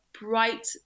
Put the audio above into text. bright